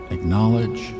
Acknowledge